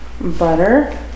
Butter